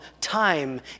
time